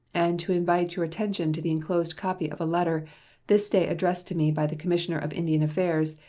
and to invite your attention to the inclosed copy of a letter this day addressed to me by the commissioner of indian affairs,